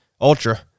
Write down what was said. ultra